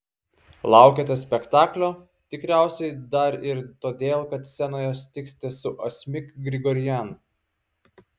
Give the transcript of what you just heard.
laukiate spektaklio tikriausiai dar ir todėl kad scenoje susitiksite su asmik grigorian